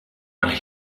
and